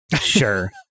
Sure